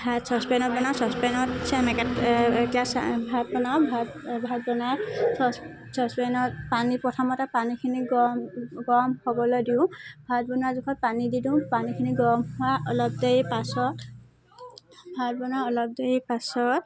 ভাত চ'চপেনত বনাওঁ চ'চপেনত ভাত বনাওঁ ভাত ভাত বনাওঁ চ'চ চ'চপেনত পানী প্ৰথমতে পানীখিনি গৰম গৰম হ'বলৈ দিওঁ ভাত বনোৱা জোখত পানী দি দিওঁ পানীখিনি গৰম হোৱা অলপ দেৰি পাছত ভাত বনোৱা অলপ দেৰি পাছত